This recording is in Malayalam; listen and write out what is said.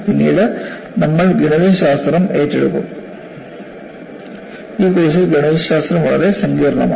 പിന്നീട് നമ്മൾ ഗണിതശാസ്ത്രം ഏറ്റെടുക്കും ഈ കോഴ്സിൽ ഗണിതശാസ്ത്രം വളരെ സങ്കീർണ്ണമാണ്